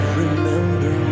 remember